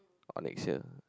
or next year